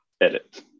edit